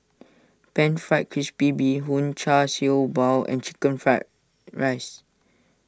Pan Fried Crispy Bee Hoon Char Siew Bao and Chicken Fried Rice